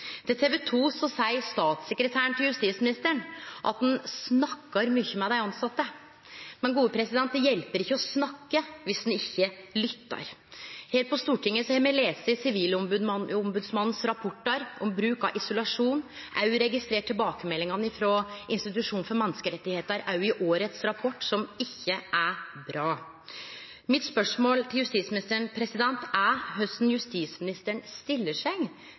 Til TV 2 seier statssekretæren til justisministeren at ein snakkar mykje med dei tilsette, men det hjelper ikkje å snakke viss ein ikkje lyttar. Her på Stortinget har me lese Sivilombodsmannens rapportar om bruk av isolasjon. Me har òg registrert tilbakemeldingane frå institusjonen for menneskerettar, òg det som står i rapporten frå i år, som ikkje er bra. Mitt spørsmål til justisministeren er: Korleis stiller justisministeren seg